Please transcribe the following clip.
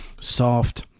soft